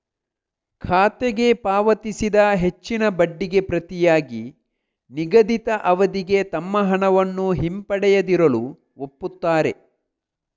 ಖಾತೆಗೆ ಪಾವತಿಸಿದ ಹೆಚ್ಚಿನ ಬಡ್ಡಿಗೆ ಪ್ರತಿಯಾಗಿ ನಿಗದಿತ ಅವಧಿಗೆ ತಮ್ಮ ಹಣವನ್ನು ಹಿಂಪಡೆಯದಿರಲು ಒಪ್ಪುತ್ತಾರೆ